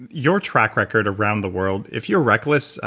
your track record around the world, if you're reckless,